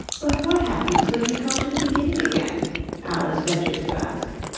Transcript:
but what happens when you come to the beginning again alice ventured to ask.